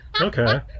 okay